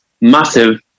massive